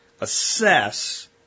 assess